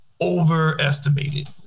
Overestimated